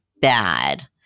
bad